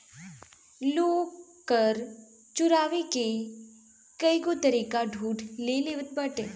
लोग कर चोरावे के कईगो तरीका ढूंढ ले लेले बाटे